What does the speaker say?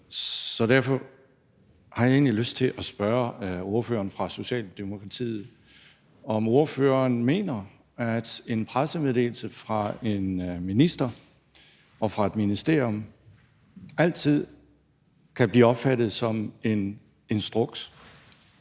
Så derfor har jeg egentlig lyst til at spørge ordføreren fra Socialdemokratiet, om ordføreren mener, at en pressemeddelelse fra en minister og fra et ministerium altid kan blive opfattet som en instruks.